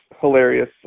hilarious